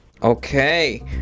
Okay